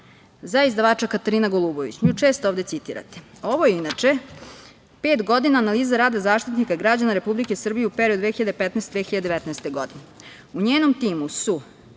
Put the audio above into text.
za izdavača Katarina Golubović. Nju često ovde citirate. Ovo je inače pet godina analize rada Zaštitnika građana Republike Srbije u periodu od 2015. do 2019. godine. U njenom timu su